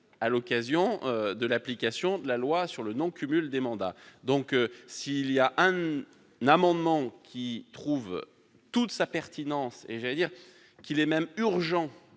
à l'occasion de l'application de la loi sur le non-cumul des mandats. S'il y a un dispositif qui trouve toute sa pertinence et je dirais même qu'il est urgent